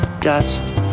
dust